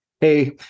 hey